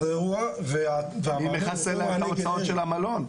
זה אירוע זה הדבר היחידי --- גם על ההוצאות של המלון.